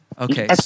Okay